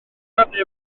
rannu